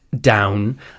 down